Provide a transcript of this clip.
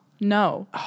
No